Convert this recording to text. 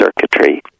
circuitry